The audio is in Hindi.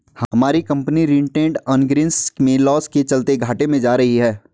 हमारी कंपनी रिटेंड अर्निंग्स में लॉस के चलते घाटे में जा रही है